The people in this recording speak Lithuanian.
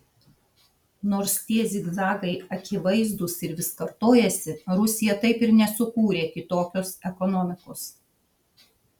nors tie zigzagai akivaizdūs ir vis kartojasi rusija taip ir nesukūrė kitokios ekonomikos